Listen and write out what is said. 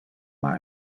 our